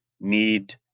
need